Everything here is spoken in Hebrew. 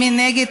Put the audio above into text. מי נגד